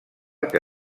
que